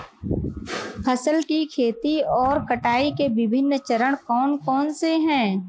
फसल की खेती और कटाई के विभिन्न चरण कौन कौनसे हैं?